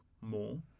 more